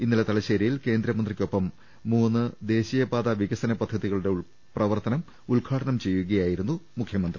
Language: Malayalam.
ഇന്നലെ തലശ്ശേരിയിൽ കേന്ദ്രമന്ത്രിക്കൊപ്പം മൂന്ന് ദേശീ യപാതാ വികസന പദ്ധതികളുടെ പ്രവർത്തനം ഉദ്ഘാടനം ചെയ്യു കയായിരുന്നു മുഖ്യമന്ത്രി